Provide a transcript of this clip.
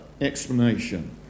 explanation